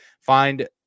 find